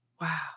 Wow